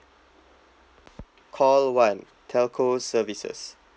call one telco services